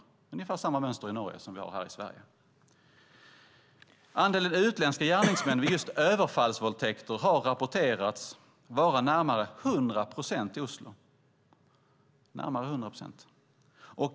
Det är ungefär samma mönster i Norge som vi har här i Sverige. Andelen utländska gärningsmän vid just överfallsvåldtäkter har rapporterats vara närmare 100 procent i Oslo - närmare 100 procent.